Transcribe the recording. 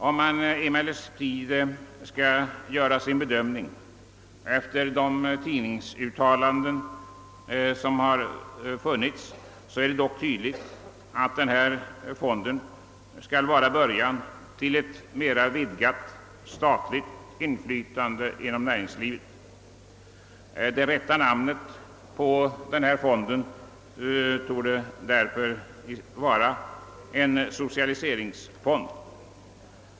Om man emellertid skall göra sin bedömning efter de tidningsuttalanden som förekommit är det tydligt att denna fond skall vara början till ett mera vidgat statligt inflytande inom näringslivet. Det rätta namnet på denna fond torde därför vara en socialiseringsfond.